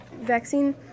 vaccine